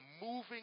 moving